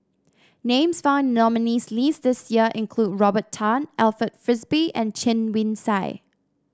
names found in the nominees' list this year include Robert Tan Alfred Frisby and Chen Wen Sai